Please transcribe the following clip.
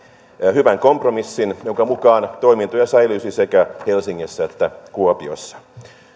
hyvän kompromissin jonka mukaan toimintoja säilyisi sekä helsingissä että kuopiossa